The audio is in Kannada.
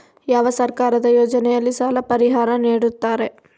ಯಾವ ಸರ್ಕಾರದ ಯೋಜನೆಯಲ್ಲಿ ಸಾಲ ಪರಿಹಾರ ನೇಡುತ್ತಾರೆ?